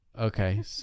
Okay